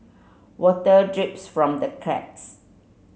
water drips from the cracks